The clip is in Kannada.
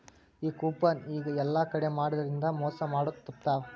ಈ ಕೂಪನ್ ಈಗ ಯೆಲ್ಲಾ ಕಡೆ ಮಾಡಿದ್ರಿಂದಾ ಮೊಸಾ ಮಾಡೊದ್ ತಾಪ್ಪ್ಯಾವ